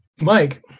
Mike